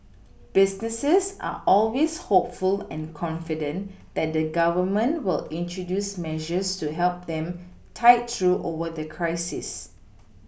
businesses are always hopeful and confident that the Government will introduce measures to help them tide through over the crisis